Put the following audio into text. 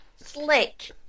Slick